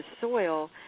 soil